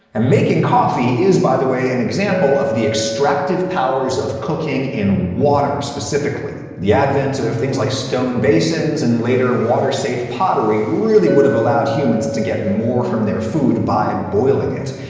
um making coffee is, by the way, an example of the extractive powers of cooking in water specifically. the advent ah of things like stone basins and, later, water-safe pottery really would have allowed humans to get more from their food by boiling it.